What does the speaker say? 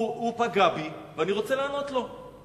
הוא פגע בי ואני רוצה לענות לו.